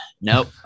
Nope